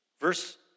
Verse